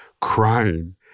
crying